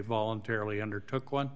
voluntarily undertook one